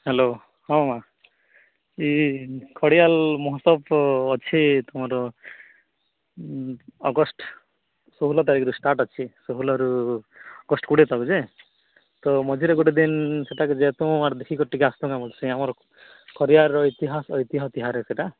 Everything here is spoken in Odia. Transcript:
ହ୍ୟାଲୋ ହଁ ମାଁ ଏଇ ଖଡ଼ିୟାଲ ମହତାବ ଅଛି ତୁମର ଅଗଷ୍ଟ ଷୋହଳ ତାରିଖରୁ ଷ୍ଟାର୍ଟ ଅଛି ଷୋହଳରୁ ଅଗଷ୍ଟ କୋଡ଼ିଏ ଯେ ତ ମଝିରେ ଗୋଟେ ଦିନ ସେହିଟା ଖଡ଼ିୟାଲ ଇତିହାସ ସେହିଟା